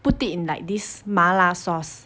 put it in like this 麻辣 sauce